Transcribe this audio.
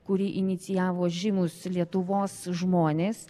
kurį inicijavo žymūs lietuvos žmonės